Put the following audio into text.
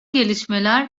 gelişmeler